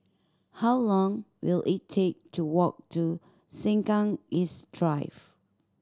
how long will it take to walk to Sengkang East Drive